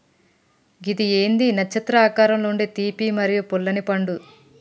గిది ఏంది నచ్చత్రం ఆకారంలో ఉండే తీపి మరియు పుల్లనిపండు